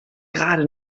gerade